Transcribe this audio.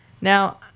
Now